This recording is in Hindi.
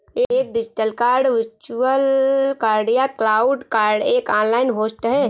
एक डिजिटल कार्ड वर्चुअल कार्ड या क्लाउड कार्ड एक ऑनलाइन होस्ट है